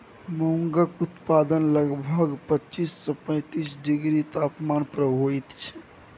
मूंगक उत्पादन लगभग पच्चीस सँ पैतीस डिग्री तापमान पर होइत छै